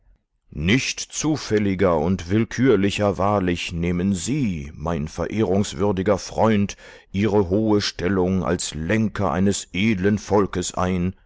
nicht zufälliger und willkürlicher wahrlich nehmen sie mein verehrungswürdiger freund ihre hohe stellung als lenker eines edlen volkes ein